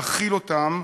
להכיל אותם